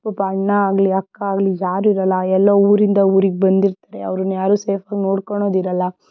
ಒಬ್ಬ ಅಣ್ಣ ಆಗಲಿ ಅಕ್ಕ ಆಗಲಿ ಯಾರೂ ಇರಲ್ಲ ಎಲ್ಲ ಊರಿಂದ ಊರಿಗೆ ಬಂದಿರ್ತಾರೆ ಅವರನ್ನು ಯಾರೂ ಸೇಫಾಗಿ ನೋಡ್ಕೊಳೋದಿರಲ್ಲ